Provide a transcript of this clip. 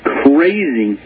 crazy